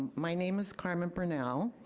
my name is carmen burnell.